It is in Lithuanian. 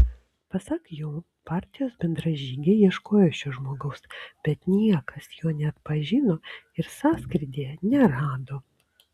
pasak jo partijos bendražygiai ieškojo šio žmogaus bet niekas jo neatpažino ir sąskrydyje nerado